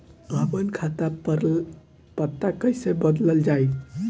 आपन खाता पर पता कईसे बदलल जाई?